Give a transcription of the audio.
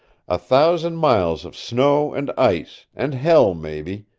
a thousand miles of snow and ice and hell, mebby.